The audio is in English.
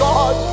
God